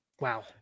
Wow